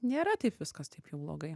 nėra taip viskas taip jau blogai